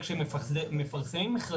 לפרסם,